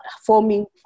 forming